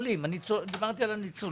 דיברתי על הניצולים.